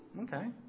Okay